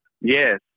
Yes